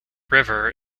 river